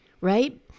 Right